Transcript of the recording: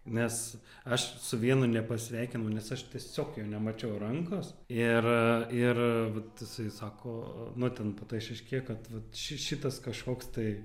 nes aš su vienu nepasisveikinau nes aš tiesiog jo nemačiau rankos ir ir vat jisai sako nu ten po to išaiškėjo kad vat šitas kažkoks tai